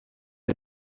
est